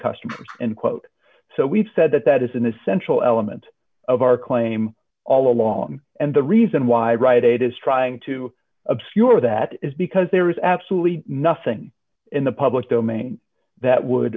customers and quote so we've said that that is an essential element of our claim all along and the reason why i write it is trying to obscure that is because there is absolutely nothing in the public domain that would